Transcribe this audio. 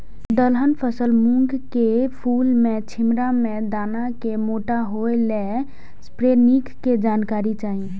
दलहन फसल मूँग के फुल में छिमरा में दाना के मोटा होय लेल स्प्रै निक के जानकारी चाही?